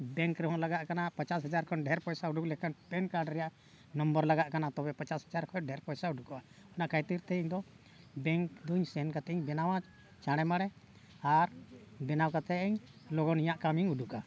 bank ᱨᱮᱦᱚᱸ ᱞᱟᱜᱟᱜ ᱠᱟᱱᱟ ᱯᱚᱪᱟᱥ ᱦᱟᱡᱟᱨ ᱠᱷᱚᱱ ᱰᱷᱮᱨ ᱯᱚᱭᱥᱟ ᱩᱰᱩᱠ ᱞᱮᱠᱷᱟᱱ ᱯᱮᱱ ᱠᱟᱨᱰ ᱨᱮᱱᱟᱜ ᱱᱟᱢᱵᱟᱨ ᱞᱟᱜᱟᱜ ᱠᱟᱱᱟ ᱛᱚᱵᱮ ᱯᱚᱪᱟᱥ ᱦᱟᱡᱟᱨ ᱠᱷᱚᱱ ᱰᱷᱮᱨ ᱯᱚᱭᱥᱟ ᱩᱰᱩᱠᱚᱜᱼᱟ ᱚᱱᱟ ᱠᱷᱟᱹᱛᱤᱨ ᱛᱮ ᱤᱧ ᱫᱚ ᱵᱮᱝᱠ ᱫᱚᱧ ᱥᱮᱱ ᱠᱟᱛᱮᱧ ᱵᱮᱱᱟᱣᱟ ᱪᱟᱬᱮ ᱢᱟᱲᱮ ᱟᱨ ᱵᱮᱱᱟᱣ ᱠᱟᱛᱮᱫ ᱤᱧ ᱞᱚᱜᱚᱱ ᱤᱧᱟᱹᱜ ᱠᱟᱹᱢᱤᱧ ᱩᱰᱩᱠᱟ